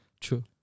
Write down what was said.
True